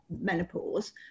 menopause